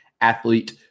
athlete